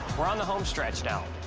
we're on the home stretch now.